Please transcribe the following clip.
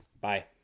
Bye